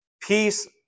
Peace